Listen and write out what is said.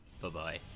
Bye-bye